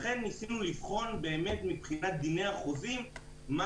לכן ניסינו לבחון מבחינת דיני החוזים מה